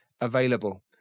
available